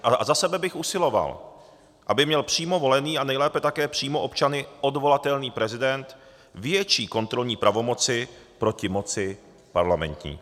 A za sebe bych usiloval, aby měl přímo volený a nejlépe také přímo občany odvolatelný prezident větší kontrolní pravomoci proti moci parlamentní.